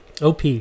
OP